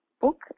book